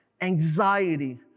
anxiety